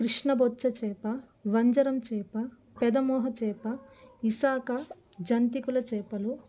కృష్ణబొచ్చ చేప వంజరం చేప పెదమోహ చేప ఇసాక జంతికల చేపలు